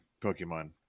Pokemon